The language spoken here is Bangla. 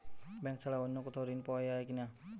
ব্যাঙ্ক ছাড়া অন্য কোথাও ঋণ পাওয়া যায় কি?